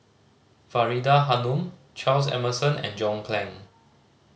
Faridah Hanum Charles Emmerson and John Clang